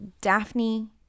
Daphne